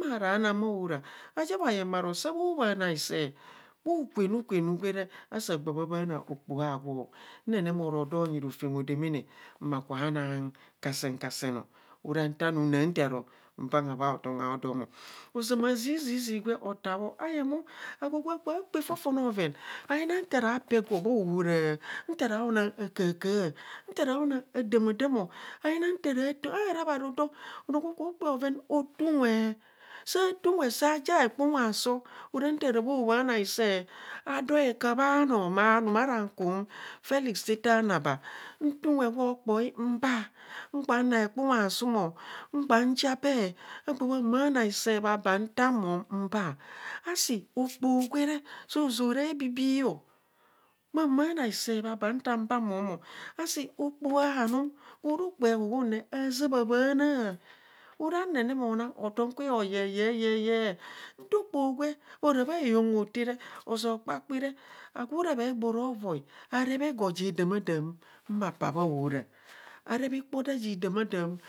bha ohora aja bhayeng bharo so kho bhana hisee bha hukweni kweni kwere asaa gbaa bha bhanaa okpoho agwo nene no dro ro nyi rofem odemene ma kuba nang kasenn kasen ora nta onum na taaro nbang ha bhatom adoo kwem mo, ozama zizizii gwe otabho ayemo agwo gwa kubho kpaa fofone oven ayina taa ra paa ego bhaahora nta ra aona akaha kaha nta ra aana ạdạạmạdạạmo əyina ahara bharodoo onoo gwo kubho okpaa bhoven hoo tuu nwe saa taa unwe saa ja hekpunwa aasọọ aron nta raa bhi bhana hisee adoo hekapee anoo maa anum ara kum felix tete anaba ntaa unwe gwo okpoi mbaa agba naa hekpunwa asuum o nvaa nja bee agba bhabhanaa hisee bhabaa nta mom mbaa asi okpohu gwere so zọọ ra abibii o, bha bhanaa bha baa nta baa mon asi okpoho anum gwo ra okpoho ehuhun ne hazaa bha bhaanaa ora nene mo nang hoton kwe ho yeyeyeyee, nto okpoho gwe ora bheyong hotere ozoo kpapii re agwo ara bhe gbee aro vai areb ego ja damaadam ma paa bha ohora areb ikpo da ji damaadam